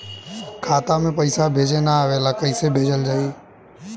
खाता में पईसा भेजे ना आवेला कईसे भेजल जाई?